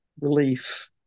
relief